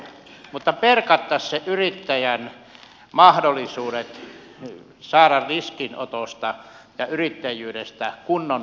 mutta perkattaisiin yrittäjän mahdollisuudet saada riskinotosta ja yrittäjyydestä kunnon tulosta